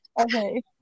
Okay